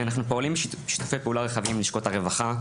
אנחנו פועלים בשיתופי פעולה רחבים עם לשכות הרחבה,